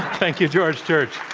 thank you, george church.